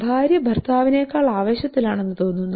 ഭാര്യ ഭർത്താവിനേക്കാൾ ആവേശത്തിലാണെന്ന് തോന്നുന്നു